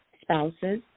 spouses